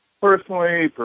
personally